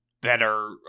better